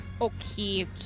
Okay